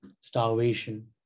starvation